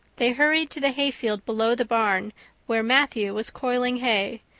they hurried to the hayfield below the barn where matthew was coiling hay,